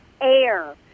air